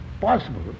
possible